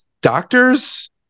doctors